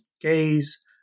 gaze